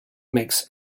makes